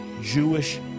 Jewish